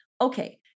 okay